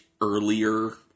earlier